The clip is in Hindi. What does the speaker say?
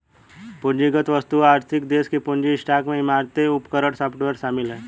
पूंजीगत वस्तुओं आर्थिक देश के पूंजी स्टॉक में इमारतें उपकरण सॉफ्टवेयर शामिल हैं